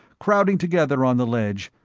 crowding together on the ledge,